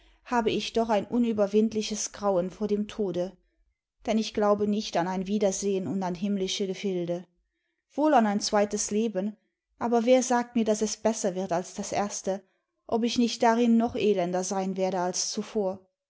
habe ich doch ein unüberwindliches grauen vor dem tode denn ich glaube nicht an ein wiedersehen imd an himmlische gefilde wohl an ein zweites leben aber wer sagt mir daß es besser wird als das erste ob ich nicht darin noch elender sein werde als zuvor